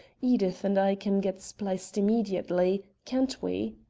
edith and i can get spliced immediately, can't we?